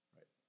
Right